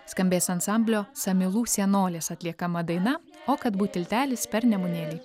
skambės ansamblio samylų senolės atliekama daina o kad būt tiltelis per nemunėlį